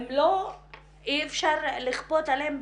אי אפשר לכפות עליהם,